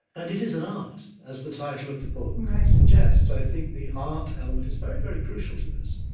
and it is an art, as the title of the book and suggests. so i think the art element is very, very crucial to this